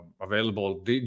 available